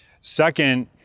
Second